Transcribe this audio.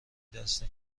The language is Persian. دست